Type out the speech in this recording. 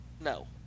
No